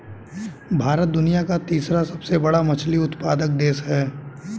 भारत दुनिया का तीसरा सबसे बड़ा मछली उत्पादक देश है